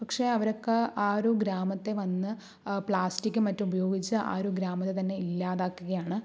പക്ഷെ അവരൊക്കെ ആ ഒരു ഗ്രാമത്തെ വന്ന് പ്ലാസ്റ്റിക്കും മറ്റും ഉപയോഗിച്ച് ആ ഒരു ഗ്രാമത്തെ തന്നെ ഇല്ലാതാക്കുകയാണ്